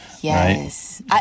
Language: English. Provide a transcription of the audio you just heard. Yes